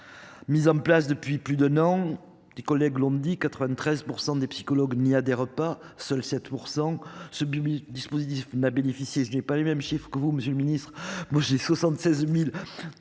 Mises en place depuis plus d'un an des collègues dit 93% des psychologues ni à des repas. Seuls 7% ce bip dispositif n'a bénéficié n'ai pas les mêmes chiffre que vous Monsieur le Ministre, moi j'ai 76.375